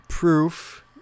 proof